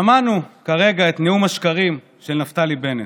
שמענו כרגע את נאום השקרים של נפתלי בנט.